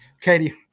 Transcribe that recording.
Katie